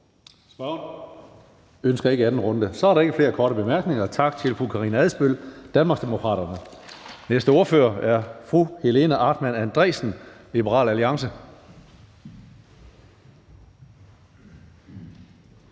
Spørgeren ønsker ikke en anden runde. Så er der ikke flere korte bemærkninger. Tak til fru Karina Adsbøl, Danmarksdemokraterne. Næste ordfører er fru Helena Artmann Andresen, Liberal Alliance.